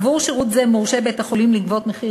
עבור שירות זה מורשה בית-החולים לגבות מחיר